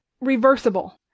reversible